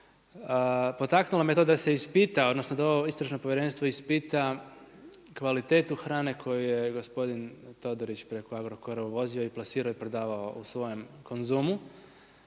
potaknulo me to da se ispita odnosno da ovo istražno povjerenstvo ispita kvalitetu hrane koju je gospodin Todorić preko Agrokora uvozio i plasirao i prodavao u svojem Konzumu.